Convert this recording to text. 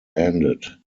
ended